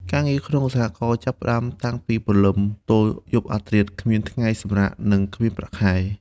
ការងារក្នុងសហករណ៍ចាប់ផ្តើមតាំងពីព្រលឹមទល់យប់អាធ្រាត្រ គ្មានថ្ងៃឈប់សម្រាក និងគ្មានប្រាក់ខែ។